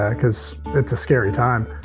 because it's a scary time